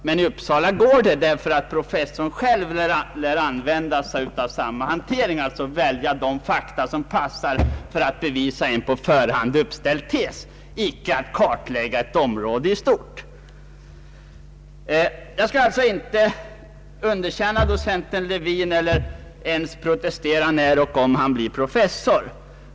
Men i Uppsala går det därför att professorn själv lär använda sig av samma hantering, alltså att välja de fakta som passar för att bevisa en på förhand uppställd tes och inte att kartlägga ett område i stort. Jag skall alltså inte underkänna docent Lewin eller ens protestera om och när han blir professor.